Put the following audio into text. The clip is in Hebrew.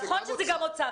נכון שזה גם האוצר,